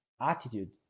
attitude